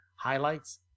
highlights